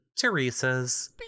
Teresa's